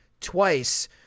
twice